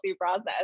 process